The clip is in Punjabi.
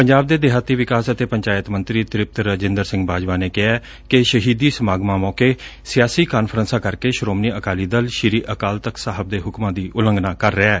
ਪੰਜਾਬ ਦੇ ਦਿਹਾਤੀ ਵਿਕਾਸ ਅਤੇ ਪੰਚਾਇਤ ਮੰਤਰੀ ਤ੍ਰਿਪਤ ਰਾਜਿੰਦਰ ਸਿੰਘ ਬਾਜਵਾ ਨੇ ਕਿਹੈ ਕਿ ਸ਼ਹੀਦੀ ਸਮਾਗਮਾਂ ਮੌਕੇ ਸਿਆਸੀ ਕਾਨਫਰੰਸਾ ਕਰਕੇ ਸ੍ਰੋਮਣੀ ਅਕਾਲੀ ਦਲ ਸ੍ਰੀ ਅਕਾਲ ਤਖ਼ਤ ਸਾਹਿਬ ਦੇ ਹੁਕਮਾ ਦੀ ਉਲੰਘਣਾ ਕਰ ਰਿਹੈ